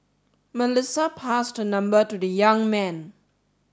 Melissa passed her number to the young man